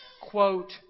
quote